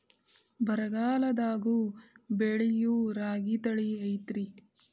ಬರಗಾಲದಾಗೂ ಬೆಳಿಯೋ ರಾಗಿ ತಳಿ ಐತ್ರಿ?